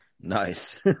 Nice